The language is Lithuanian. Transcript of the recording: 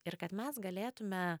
ir kad mes galėtume